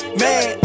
man